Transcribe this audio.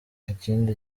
ikindi